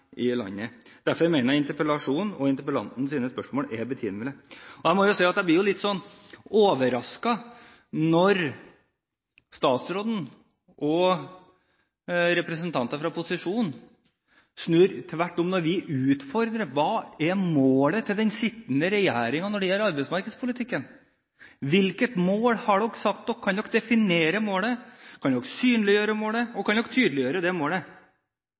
i landet. Derfor mener jeg interpellasjonen og interpellantens spørsmål er betimelig. Jeg blir jo litt overrasket når statsråden og representanter fra posisjonen snur tvert om når vi utfordrer: Hva er målet til den sittende regjeringen når det gjelder arbeidsmarkedspolitikken? Hvilket mål har man satt seg? Kan man definere målet? Kan man synliggjøre målet? Kan man tydeliggjøre det målet?